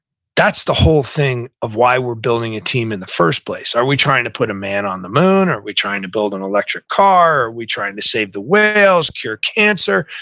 that's the whole thing of why we're building a team in the first place. are we trying to put a man on the moon? are we trying to build an electric car? are we trying to save the whales, cure cancer?